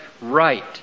right